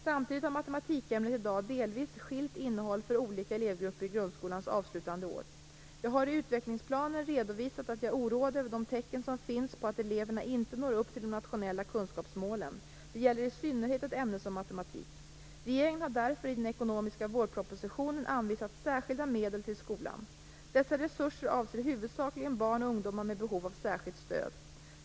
Samtidigt har matematikämnet i dag delvis skilt innehåll för olika elevgrupper i grundskolans avslutande år. Jag har i Utvecklingsplanen redovisat att jag är oroad över de tecken som finns på att eleverna inte når upp till de nationella kunskapsmålen. Det gäller i synnerhet ett ämne som matematik. Regeringen har därför i den ekonomiska vårpropositionen anvisat särskilda medel till skolan. Dessa resurser avser huvudsakligen barn och ungdomar med behov av särskilt stöd.